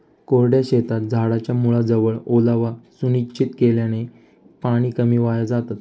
कोरड्या शेतात झाडाच्या मुळाजवळ ओलावा सुनिश्चित केल्याने पाणी कमी वाया जातं